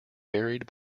varied